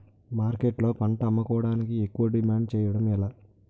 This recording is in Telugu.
మార్కెట్లో పంట అమ్ముకోడానికి ఎక్కువ డిమాండ్ చేయడం ఎలా?